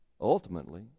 ultimately